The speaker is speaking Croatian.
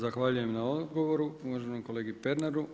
Zahvaljujem na odgovoru uvaženom kolegi Pernaru.